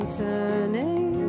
turning